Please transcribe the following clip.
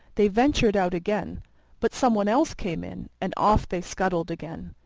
they ventured out again but some one else came in, and off they scuttled again.